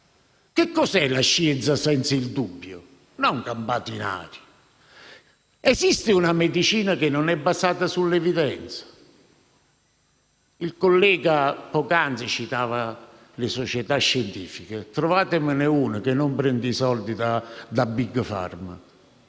Che cos'è la scienza senza il dubbio? Non parlo di quello campato in aria. Esiste una medicina che non è basata sull'evidenza? Un collega poc'anzi citava le società scientifica. Trovatemene una che non prende i soldi da Big Pharma.